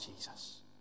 Jesus